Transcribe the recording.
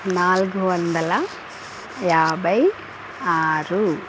నాలుగు వందల యాభై ఆరు